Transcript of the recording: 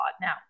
Now